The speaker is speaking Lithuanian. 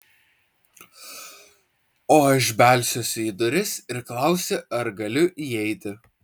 o aš belsiuosi į duris ir klausiu ar galiu įeiti